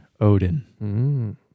Odin